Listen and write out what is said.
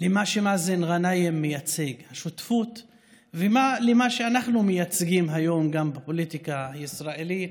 למה שמאזן גנאים מייצג ומה שאנחנו מייצגים היום גם בפוליטיקה הישראלית: